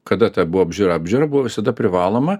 kada ta buvo apžiūra apžiūra buvo visada privaloma